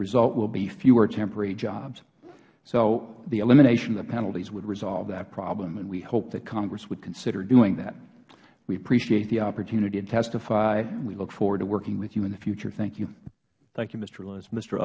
result will be fewer temporary jobs the elimination of the penalties would resolve that problem and we hope that congress would consider doing that we appreciate the opportunity to testify we look forward to working with you in the future thank you m